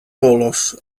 volos